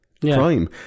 crime